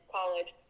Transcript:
College